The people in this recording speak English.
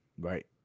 Right